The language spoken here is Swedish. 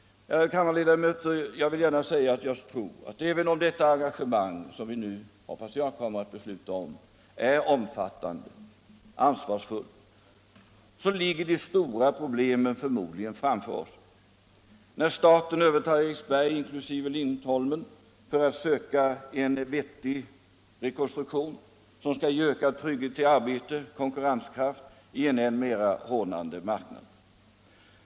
Ärade kammarledamöter! Jag vill gärna säga att jag tror att även om detta engagemang — som vi nu, hoppas jag, kommer att besluta om — är omfattande och ansvarsfullt, så ligger ändå de stora problemen förmodligen framför oss när staten övertar Eriksberg inkl. Lindholmen för att söka en vettig rekonstruktion för dessa varv, vilken skall ge ökad trygghet i arbete och konkurrenskraft i en allt mera hårdnande marknad.